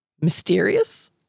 mysterious